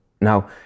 Now